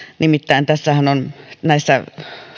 nimittäin näissä